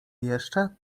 jeszcze